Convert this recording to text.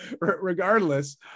regardless